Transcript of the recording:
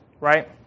right